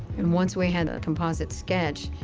and once we had a composite sketch,